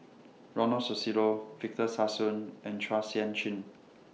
Ronald Susilo Victor Sassoon and Chua Sian Chin